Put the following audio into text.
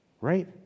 right